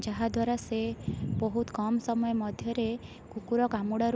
ଯାହାଦ୍ୱାରା ସେ ବହୁତ କମ ସମୟ ମଧ୍ୟରେ କୁକୁର କାମୁଡ଼ାରୁ